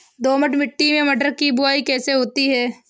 दोमट मिट्टी में मटर की बुवाई कैसे होती है?